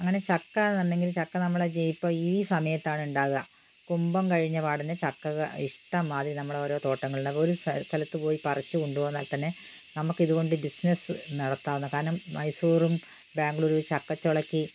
അങ്ങനെ ചക്ക എന്നുണ്ടെങ്കില് ചക്ക നമ്മളുടെ ജ ഇപ്പം ഈ സമയത്താണ് ഉണ്ടാകുക കുംഭം കഴിഞ്ഞ പാടിന് ചക്ക ഇഷ്ടംമാതിരി നമ്മുടെ ഓരോ തോട്ടങ്ങളില് ഉണ്ടാവും ഒരു സ്ഥലത്ത് പോയി പറിച്ച് കൊണ്ടുവന്നാൽത്തന്നെ നമുക്കിത് കൊണ്ട് ബിസിനസ്സ് നടത്താവുന്നതാണ് കാരണം മൈസൂരും ബാംഗ്ളൂരും ചക്കചുളയ്ക്ക്